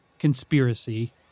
Conspiracy